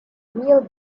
real